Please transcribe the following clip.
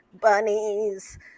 bunnies